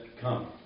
come